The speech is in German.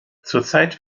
zurzeit